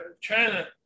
China